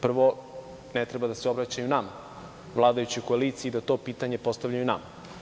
Prvo, ne treba da se obraćaju nama, vladajućoj koaliciji, da to pitanje postavljaju nama.